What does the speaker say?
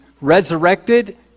resurrected